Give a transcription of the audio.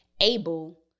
able